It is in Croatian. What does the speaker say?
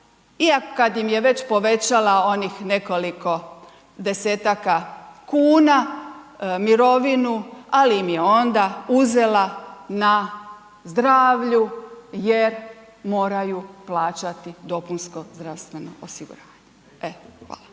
iako kad im je već povećala onih nekoliko desetaka kuna mirovinu, ali im je onda uzela na zdravlju jer moraju plaćati dopunsko zdravstveno osiguranje. Evo, hvala.